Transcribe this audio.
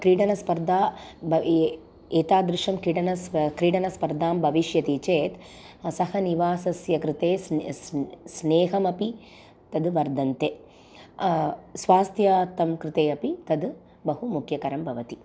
क्रीडनस्पर्धा ब ए एतादृशं क्रीडन स्प क्रीडनस्पर्धा भविष्यति चेत् सह निवासस्य कृते स्ने स्ने स्नेहमपि तद् वर्धते स्वास्थ्यार्थं कृते अपि तद् बहु मुख्यकरं भवति